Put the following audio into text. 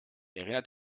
erinnert